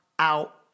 Out